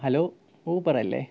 hello Uber അല്ലേ